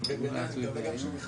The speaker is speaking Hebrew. אבל הגיור שמדובר והגיור שיעלה,